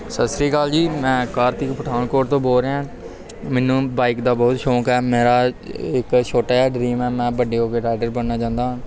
ਸਤਿ ਸ਼੍ਰੀ ਅਕਾਲ ਜੀ ਮੈਂ ਕਾਰਤਿਕ ਪਠਾਨਕੋਟ ਤੋਂ ਬੋਲ ਰਿਹਾ ਮੈਨੂੰ ਬਾਇਕ ਦਾ ਬਹੁਤ ਸ਼ੌਂਕ ਹੈ ਮੇਰਾ ਇੱਕ ਛੋਟਾ ਜਿਹਾ ਡਰੀਮ ਹੈ ਮੈਂ ਵੱਡੇ ਹੋ ਕੇ ਰਾਈਡਰ ਬਣਨਾ ਚਾਹੁੰਦਾ ਹਾਂ